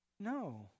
No